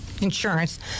insurance